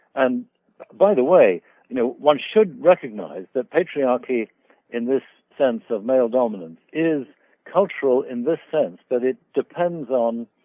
and by the way you know one should recognize that patriarchy in this sense of male dominance is cultural in this sense that it depends on